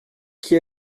qui